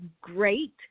great